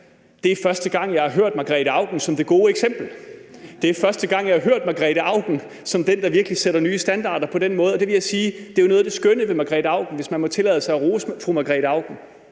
det er første gang, jeg har hørt fru Margrete Auken blive nævnt som det gode eksempel. Det er første gang, jeg har hørt fru Margrete Auken blive beskrevet som den, der virkelig sætter nye standarder på den måde. Der må jeg sige, at noget af det skønne ved fru Margrete Auken – hvis man må tillade sig at rose fru Margrete Auken